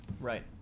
right